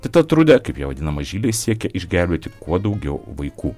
teta trudė kaip ją vadina mažyliai siekia išgelbėti kuo daugiau vaikų